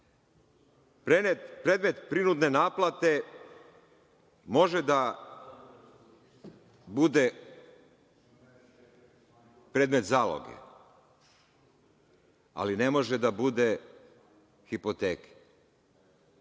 Predmet prinudne naplate može da bude predmet zaloge, ali ne može da bude hipoteka,